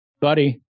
Buddy